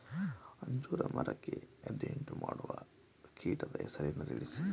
ಅಂಜೂರ ಮರಕ್ಕೆ ಅಡ್ಡಿಯುಂಟುಮಾಡುವ ಕೀಟದ ಹೆಸರನ್ನು ತಿಳಿಸಿ?